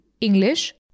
English